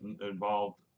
involved